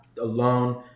alone